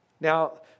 Now